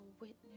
witness